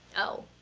oh,